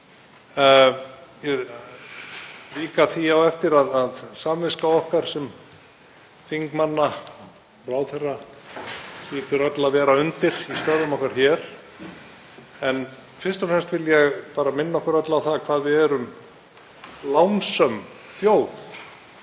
Ég vík að því á eftir að samviska okkar sem þingmanna og ráðherra hlýtur öll að vera undir í störfum okkar hér. En fyrst og fremst vil ég bara minna okkur öll á það hvað við erum lánsöm þjóð.